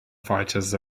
firefighters